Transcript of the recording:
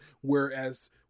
whereas